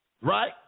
right